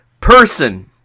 person